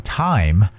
time